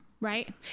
right